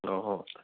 ꯍꯣꯏ ꯍꯣꯏ